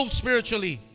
spiritually